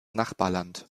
nachbarland